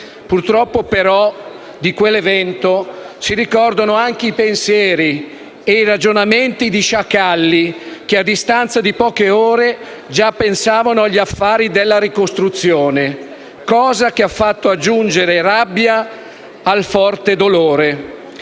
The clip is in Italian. Purtroppo di quell'evento si ricordano anche i pensieri e i ragionamenti di sciacalli, che, a distanza di poche ore, già pensavano agli affari della ricostruzione, cosa che ha fatto aggiungere rabbia al forte dolore.